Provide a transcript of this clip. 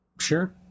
Sure